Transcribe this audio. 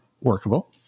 workable